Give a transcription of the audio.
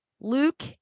Luke